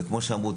וכמו שאמרו,